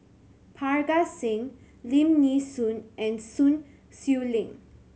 Parga Singh Lim Nee Soon and Sun Xueling